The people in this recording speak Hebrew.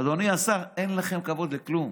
אדוני השר, אין לכם כבוד לכלום,